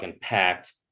packed